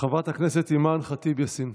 חברת הכנסת אימאן ח'טיב יאסין,